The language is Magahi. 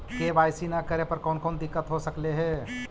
के.वाई.सी न करे पर कौन कौन दिक्कत हो सकले हे?